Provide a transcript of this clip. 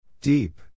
Deep